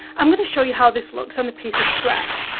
i'm going to show you how this looks on the piece of scrap